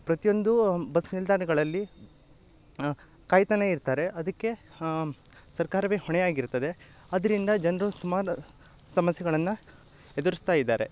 ಪ್ರತಿಯೊಂದು ಬಸ್ ನಿಲ್ದಾಣಗಳಲ್ಲಿ ಕಾಯ್ತಾನೆ ಇರ್ತಾರೆ ಅದಕ್ಕೆ ಸರ್ಕಾರವೇ ಹೊಣೆಯಾಗಿರುತ್ತದೆ ಅದರಿಂದ ಜನರು ಸುಮಾರ್ ಸಮಸ್ಯೆಗಳನ್ನ ಎದ್ರುಸ್ತಾ ಇದ್ದಾರೆ